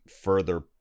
further